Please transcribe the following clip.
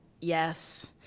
Yes